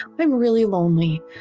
i'm really lonely.